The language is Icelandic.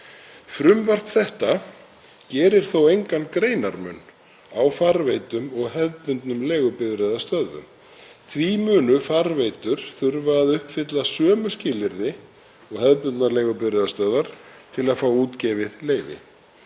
Frumvarp þetta gerir þó engan greinarmun á farveitum og hefðbundnum leigubifreiðastöðvum. Því munu farveitur þurfa að uppfylla sömu skilyrði og hefðbundnar leigubifreiðastöðvar til að fá útgefið leyfi.